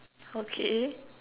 okay